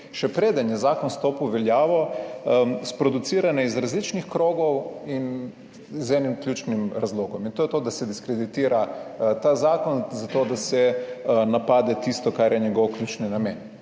še preden je zakon stopil v veljavo, sproducirane iz različnih krogov in z enim ključnim razlogom, in to je to, da se diskreditira ta zakon za to, da se napade tisto, kar je njegov ključni namen.